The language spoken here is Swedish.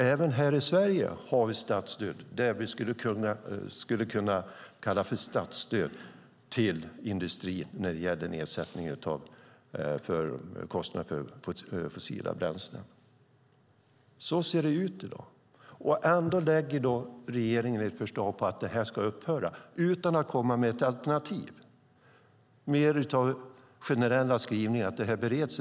Även i Sverige har vi vad vi skulle kunna kalla för statsstöd till industrin när det gäller nedsättning av kostnader för fossila bränslen. Så ser det ut i dag. Ändå lägger regeringen fram ett förslag om att programmet ska upphöra, och det utan att komma med ett alternativ. Samtidigt vet vi att programmet har varit mycket lyckat.